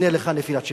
הנה לך נפילת שלטון.